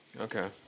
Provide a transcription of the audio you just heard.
Okay